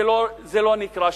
זה לא נקרא שימור.